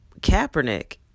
Kaepernick